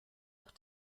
auch